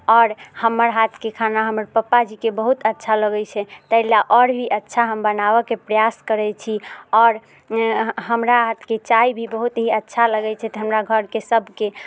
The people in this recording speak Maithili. आओर हमर हाथके खाना हमर पप्पा जीके बहुत अच्छा लगे छै तैं लऽ आओर भी अच्छा हम बनाबऽके प्रयास करै छी आओर हमरा हाथके चाय भी बहुत ही अच्छा लगै छै तऽ हमरा घऽरके सबके